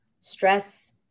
Stress